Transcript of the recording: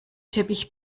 teppich